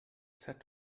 set